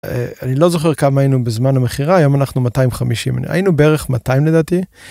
אני לא זוכר כמה היינו בזמן המכירה היום אנחנו 250 היינו בערך 200 לדעתי.